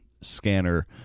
scanner